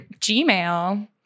Gmail